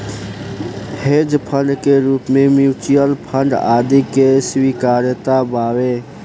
hedge fund के रूप में म्यूच्यूअल फंड आदि के स्वीकार्यता बावे